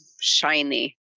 shiny